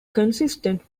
consistent